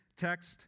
text